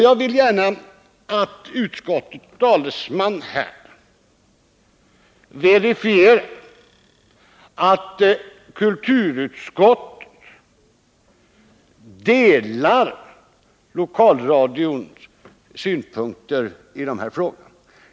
Jag vill gärna att utskottets talesman verifierar att kulturutskottet delar lokalradions synpunkter i dessa frågor.